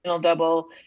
double